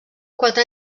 quatre